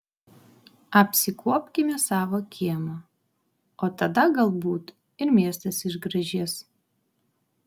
apsikuopkime savo kiemą o tada galbūt ir miestas išgražės